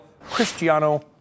Cristiano